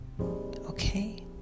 okay